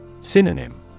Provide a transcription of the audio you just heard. Synonym